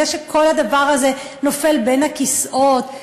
זה שכל הדבר הזה נופל בין הכיסאות,